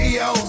yo